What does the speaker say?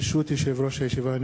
ברשות יושב-ראש הישיבה,